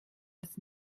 das